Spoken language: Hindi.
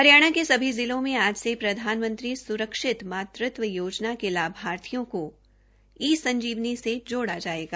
हरियाणा के सभी जिलों में आज से प्रधानमंत्री सुरक्षित मातृत्व योजना के लाभार्थियों को ई संजीवनी से जोड़ा गया ह